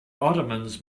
ottomans